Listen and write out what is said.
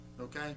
okay